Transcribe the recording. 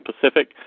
Pacific